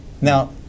now